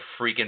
freaking